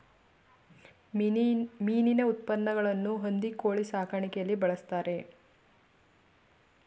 ಮೀನಿನ ಉಪಉತ್ಪನ್ನಗಳನ್ನು ಹಂದಿ ಕೋಳಿ ಸಾಕಾಣಿಕೆಯಲ್ಲಿ ಬಳ್ಸತ್ತರೆ